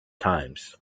times